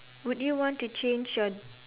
would you want to change your